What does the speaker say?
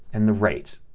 and the rate.